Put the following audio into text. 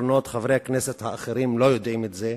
חברי הכנסת האחרים לא יודעים את זה,